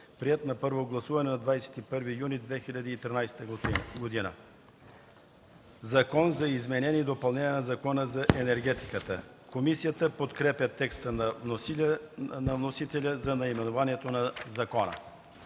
приет на първо гласуване на 21 юни 2013 г. „Закон за изменение и допълнение на Закона за енергетиката.” Комисията подкрепя текста на вносителя за наименованието на закона.